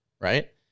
right